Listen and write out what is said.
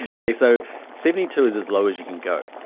okay, so seventy two is as low as you can go.